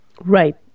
Right